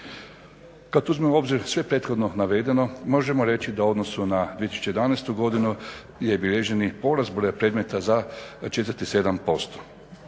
Kada uzmemo u obzir sve prethodno navedeno možemo reći da u odnosu na 2011.godinu je zabilježen porast broja predmeta za …